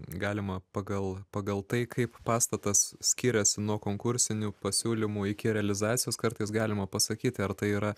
galima pagal pagal tai kaip pastatas skiriasi nuo konkursinių pasiūlymų iki realizacijos kartais galima pasakyti ar tai yra